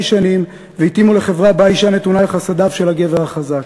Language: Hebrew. שנים והתאימו לחברה שבה האישה נתונה לחסדיו של הגבר החזק.